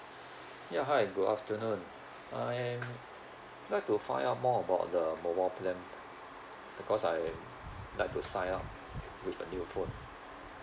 ya hi good afternoon I am like to find out more about the mobile plan because I like to sign up with a new phone